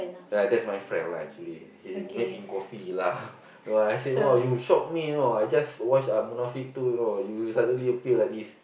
yeah that's my friend lah actually he making coffee lah no I say !wah! you shock me you know I just watched uh Munafik two you know you suddenly appear like this